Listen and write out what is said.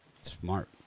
Smart